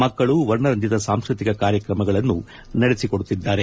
ಮಕ್ಕಳು ವರ್ಣರಂಜಿತ ಸಾಂಸ್ಕೃತಿಕ ಕಾರ್ಯಕ್ರಮಗಳನ್ನು ನಡೆಸಿಕೊಡುತ್ತಿದ್ದಾರೆ